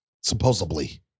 Supposedly